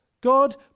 god